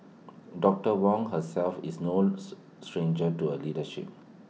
doctor Wong herself is knows stranger to A leadership